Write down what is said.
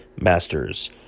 Masters